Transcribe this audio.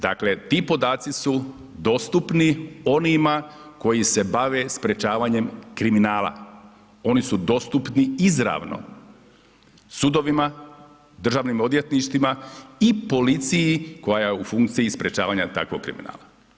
Dakle, ti podaci su dostupni onima koji se bave sprječavanjem kriminala, oni su dostupni izravno, sudovima, državnim odvjetništvima i policiji koja je u funkciji sprječavanja takvog kriminala.